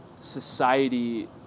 society